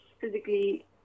physically